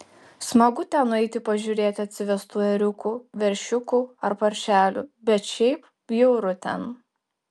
smagu ten nueiti pažiūrėti atsivestų ėriukų veršiukų ar paršelių bet šiaip bjauru ten